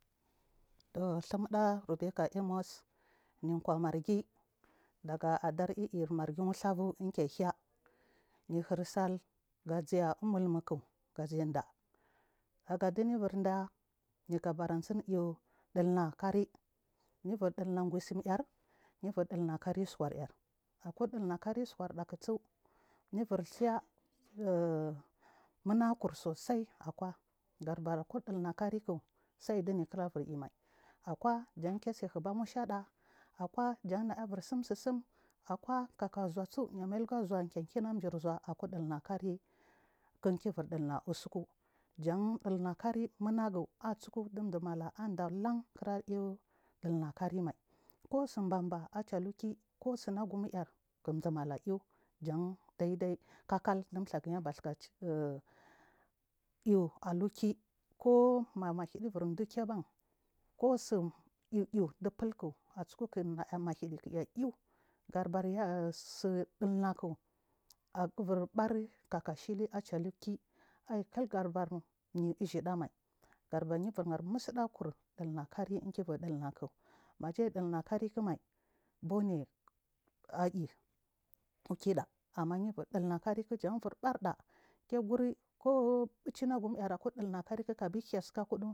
Thim ɗa rubeca emos nev kwa margi ɗdaga adari irri margi wurdly avu is kehay nrhir sal giziya yubur ɗaa gaberasin ga ɗinakari jubur ɗihna gusim ar yuvurɗil nakari uskar ar akudina kari uska kisu yubu thiny uu nunakur sosai evakwa daga ku chills karik saichiyi kirebur iyimaikwa jankesahaɗama tseɗa akwa kaka zhnasu yam abura zhuga kma jir zhua akudilnakari didivir dilna u suku jan dilnakari numagu asuiku ɗiɗurmala an vela n kira ie ɗina karimai kusuɗandan achelike ko sunagunar kimɗdumala iyi jan daidai kaka didhu gaba a ayi aluke koma maindi fibur ɗa kiba ko tsu iyu iya ɗifulk acituk mahiɗikiya uu geɗabarya tsiɗilnaku a ivur ɓari kakkashihi achaliki aigar bar yu igidaman gadabar yuburhar musu dagu kur ɗilna kairi jibuɗil nak majs ɗina karikmai bone aiyi ɗukeyɗa jabur barda kkegu ri ko fecinagum arakudina kari.